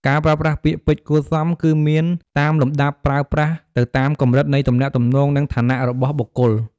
ការប្រើប្រាស់ពាក្យពេចន៍គួរសមគឺមានតាមលំដាប់ប្រើប្រាស់ទៅតាមកម្រិតនៃទំនាក់ទំនង និងឋានៈរបស់បុគ្គល។